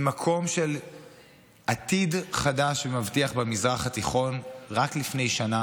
ממקום של עתיד חדש ומבטיח במזרח התיכון רק לפני שנה